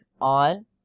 on